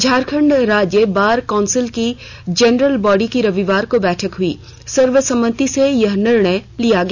झारखंड राज्य bar council की general body की रविवार को हई बैठक में सर्वसम्मति से यह निर्णय लिया गया